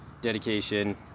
dedication